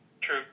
True